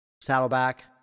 saddleback